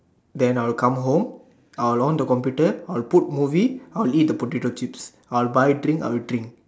then I will come home I will on the computer I will put movie I will eat the potato chips I will buy drink I will drink